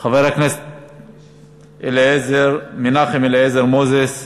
חבר הכנסת מנחם אליעזר מוזס,